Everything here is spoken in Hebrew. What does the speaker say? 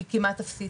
היא כמעט אפסית.